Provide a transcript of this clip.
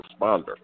responder